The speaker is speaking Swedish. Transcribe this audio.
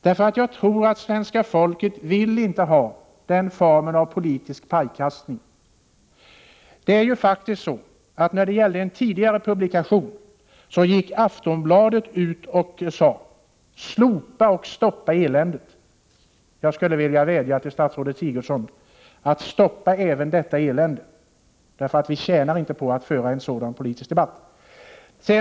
Jag tror nämligen att svenska folket inte vill ha den form av politisk pajkastning som har förekommit. När det gällde en tidigare publikation sade Aftonbladet: Slopa och stoppa eländet! Jag skulle vilja vädja till statsrådet Sigurdsen att stoppa även detta elände, för vi tjänar inte på att föra en sådan politisk debatt.